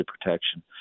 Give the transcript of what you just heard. protection